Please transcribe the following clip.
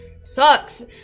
sucks